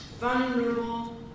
vulnerable